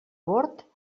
bord